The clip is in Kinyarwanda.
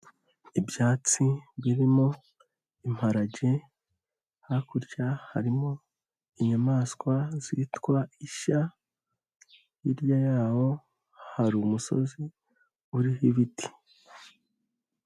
Ibyatsi birimo imparage, hakurya harimo inyamaswa zitwa isha, hirya yaho hari umusozi uriho ibiti.